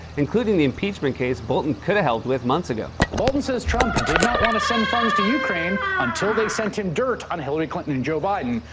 including the impeachment case bolton could have helped with months ago. bolton says trump did not want to send funds to ukraine until they sent him dirt on hillary clinton and joe biden,